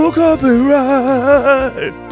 copyright